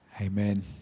Amen